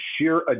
sheer